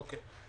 אוקיי.